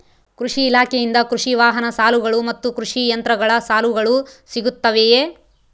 ಕೃಷಿ ಇಲಾಖೆಯಿಂದ ಕೃಷಿ ವಾಹನ ಸಾಲಗಳು ಮತ್ತು ಕೃಷಿ ಯಂತ್ರಗಳ ಸಾಲಗಳು ಸಿಗುತ್ತವೆಯೆ?